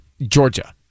Georgia